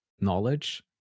knowledge